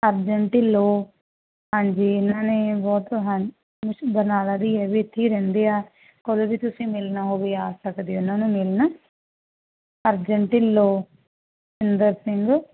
ਅਰਜਨ ਢਿੱਲੋਂ ਹਾਂਜੀ ਇਹਨਾਂ ਨੇ ਬਹੁਤ ਹਾਂ ਬਰਨਾਲਾ ਦੇ ਹੀ ਆ ਵ ਇੱਥੇ ਰਹਿੰਦੇ ਆ ਕਦੋਂ ਵੀ ਤੁਸੀਂ ਮਿਲਣਾ ਹੋਵੇ ਆ ਸਕਦੇ ਹੋ ਉਹਨਾਂ ਨੂੰ ਮਿਲਣ ਅਰਜਨ ਢਿੱਲੋਂ ਇੰਦਰ ਸਿੰਘ